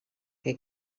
que